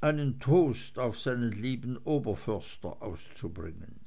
einen toast auf seinen lieben oberförster auszubringen